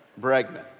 Bregman